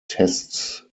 tests